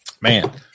man